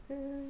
mm